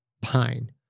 Pine